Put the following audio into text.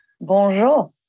Bonjour